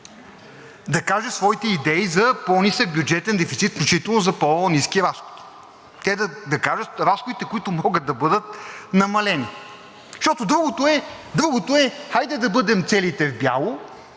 да каже своите идеи за по-нисък бюджетен дефицит, включително за по-ниски разходи. Те да кажат разходите, които могат да бъдат намалени. Защото другото е: хайде да бъдем целите в бяло,